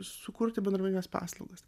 sukurti bendruomenines paslaugas